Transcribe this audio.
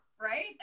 right